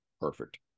Perfect